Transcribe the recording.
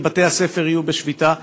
כי בתי-הספר יהיו בשביתה,